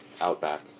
outback